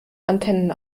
antennen